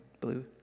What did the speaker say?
blue